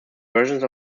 versions